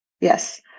yes